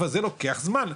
אבל זה לוקח זמן,